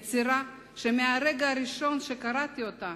יצירה שמהרגע הראשון שקראתי אותה